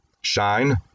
Shine